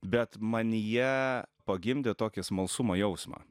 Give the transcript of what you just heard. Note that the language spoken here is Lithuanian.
bet manyje pagimdė tokį smalsumo jausmą